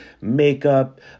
makeup